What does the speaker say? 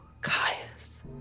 Caius